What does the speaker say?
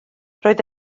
roedd